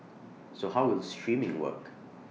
so how will streaming work